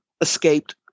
escaped